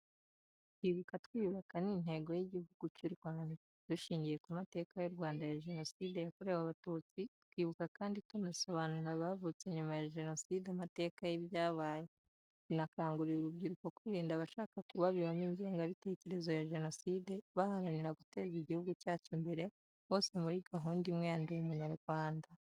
Kwibuka twiyukaba ni intego y'Igihugu cy'u Rwanda. Dushingiye ku mateka y'u Rwanda ya Jenoside yakorewe Abatutsi, twibuka kandi tunasobanurira abavutse nyuma ya jenoside amateka yibyabaye, tunakangurira urubyiruko kwirinda abashaka kubabibamo ingengabitekerezo ya jenoside, baharanira guteza igihugu cyacu imbere bose muri gahunda imwe ya Ndi Umunyarwanda.